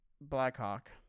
Blackhawk